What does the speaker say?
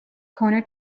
corner